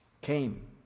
came